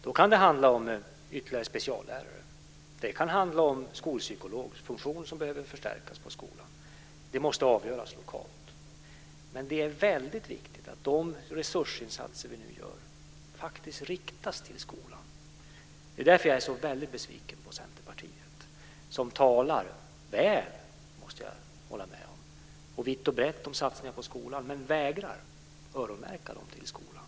Det kan handla om ytterligare speciallärare, om att skolpsykologsfunktionen behöver stärkas på skolan osv. Det måste avgöras lokalt. Men det är väldigt viktigt att de resursinsatser vi nu gör faktiskt riktas till skolan. Det är därför jag är så väldigt besviken på Centerpartiet, som talar vitt och brett - och väl, måste jag säga - om satsningar på skolan men vägrar att öronmärka dem till skolan.